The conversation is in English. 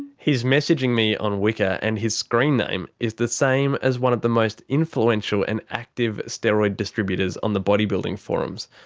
he's messaging me on wickr and his screen name is the same as one of the most influential and active steroid distributors on the bodybuilding forums.